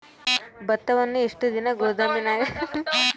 ಭತ್ತವನ್ನು ಎಷ್ಟು ದಿನ ಗೋದಾಮಿನಾಗ ಇಡಬಹುದು?